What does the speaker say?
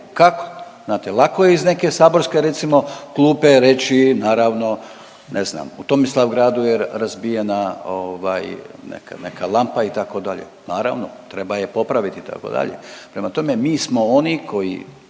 kako? Znate lako je iz neke saborske recimo klupe reći naravno ne znam u Tomislavgradu je razbijena ovaj neka neka lampa itd., naravno treba je popraviti itd., prema tome mi smo oni koji